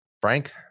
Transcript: Frank